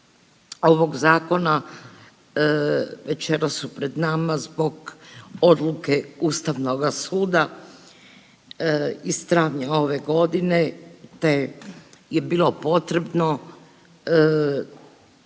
ovog zakona večeras su pred nama zbog odluke Ustavnoga suda iz travnja ove godine te je bilo potrebno